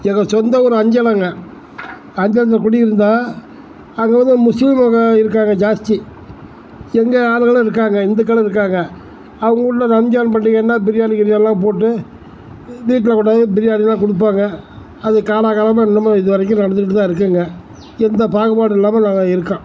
என்னோடய சொந்த ஊர் அஞ்சலங்க அஞ்சலத்தில் குடி இருந்தேன் அங்கே வந்து முஸ்லீம் மக்கள் இருக்காங்க ஜாஸ்தி எங்கள் ஆளுங்களும் இருக்காங்க ஹிந்துக்களும் இருக்காங்க அவங்க ஊரில் ரம்ஜான் பண்டிகைனால் பிரியாணி கிரியாணிலாம் போட்டு வீட்டில் கொண்டாந்து பிரியாணிலாம் கொடுப்பாங்க அது காலாகாலமாக இன்னமும் இது வரைக்கும் நடந்துக்கிட்டு தான் இருக்குங்க எந்த பாகுபாடும் இல்லாமல் நாங்கள் இருக்கோம்